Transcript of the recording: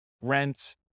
rent